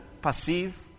perceive